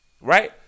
Right